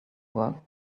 work